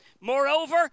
Moreover